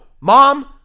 Mom